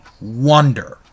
Wonder